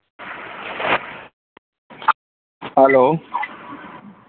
hello